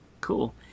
Cool